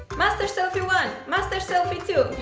mustache selfie one, mustache selfie two,